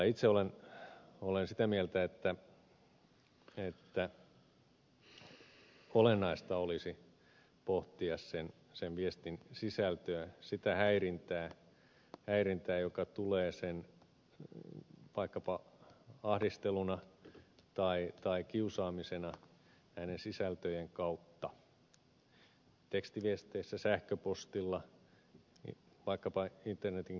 itse olen sitä mieltä että olennaista olisi pohtia sen viestin sisältöä sitä häirintää joka tulee vaikkapa ahdisteluna tai kiusaamisena näiden sisältöjen kautta tekstiviesteissä sähköpostilla vaikkapa internetin keskustelupalstoilla